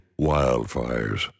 wildfires